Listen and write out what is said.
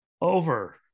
over